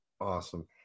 Awesome